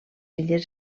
illes